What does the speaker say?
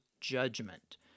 judgment